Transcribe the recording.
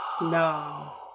No